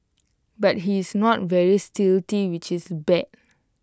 but he is not very stealthy which is bad